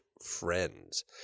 friends